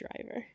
driver